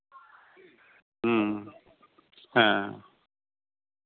ᱦᱮᱸ ᱦᱮᱸ